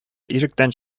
ишектән